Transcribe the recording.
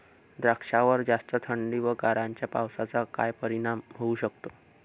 द्राक्षावर जास्त थंडी व गारांच्या पावसाचा काय परिणाम होऊ शकतो?